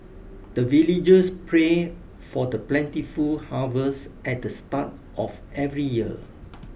the villagers pray for the plentiful harvest at the start of every year